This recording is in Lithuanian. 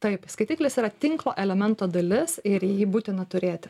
taip skaitiklis yra tinklo elemento dalis ir jį būtina turėti